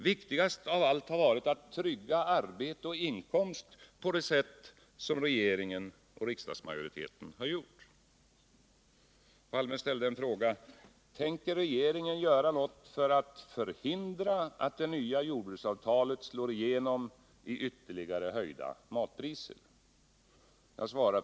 Viktigast av allt har varit att trygga arbete och inkomst på det sätt som regeringen och riksdagsmajoriteten har gjort. Olof Palme frågade: Tänker regeringen göra något för att förhindra att det nya jordbruksavtalet slår igenom i ytterligare höjda matpriser? På detta vill jag svara följande.